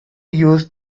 used